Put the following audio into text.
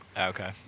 Okay